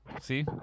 See